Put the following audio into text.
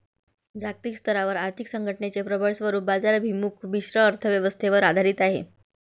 जागतिक स्तरावर आर्थिक संघटनेचे प्रबळ स्वरूप बाजाराभिमुख मिश्र अर्थ व्यवस्थेवर आधारित आहे